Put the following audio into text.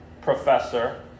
professor